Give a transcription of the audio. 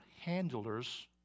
handlers